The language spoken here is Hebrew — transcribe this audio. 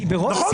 נכון.